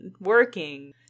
working